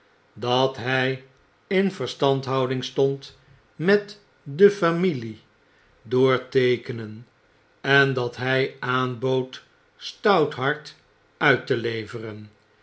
dat hij in verstandhouding stond met de familie door teekenen en dat hij aanbood stouthart uit te leveren